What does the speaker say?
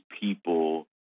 people